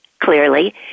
clearly